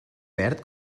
perd